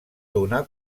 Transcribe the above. donar